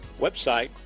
website